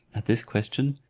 at this question,